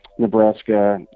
Nebraska